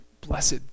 blessed